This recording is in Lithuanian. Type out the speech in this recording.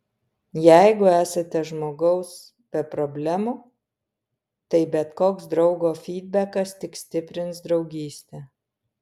jeigu esate žmogaus be problemų tai bet koks draugo fydbekas tik stiprins draugystę